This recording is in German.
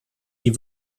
die